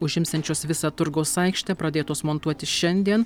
užimsiančios visą turgaus aikštę pradėtos montuoti šiandien